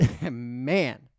man